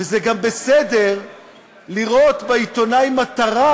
וזה גם בסדר לראות בעיתונאי מטרה,